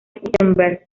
wittenberg